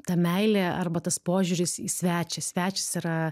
ta meilė arba tas požiūris į svečią svečias yra